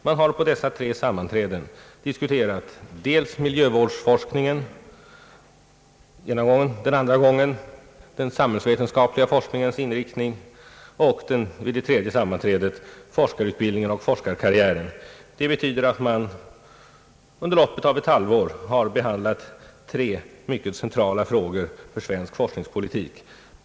Man har på dessa sammanträden diskuterat första gången <miljövårdsforskningen, andra gången den samhällsvetenskapliga forskningens inriktning och tredje gången forskarutbildningen och forskarkarriären. Det betyder att man inom loppet av ett halvår har behandlat tre mycket centrala frågor i svensk forskningspolitik.